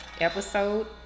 episode